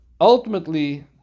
Ultimately